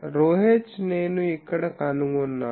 ρh నేను ఇక్కడ కనుగొన్నాను